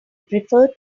prefer